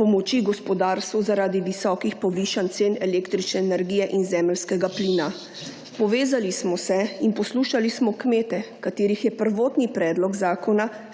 pomoči gospodarstvu zaradi visokih povišanj cen električne energije in zemeljskega plina. Povezali smo se in poslušali smo kmete, katerih je prvotni predlog zakona spregledal.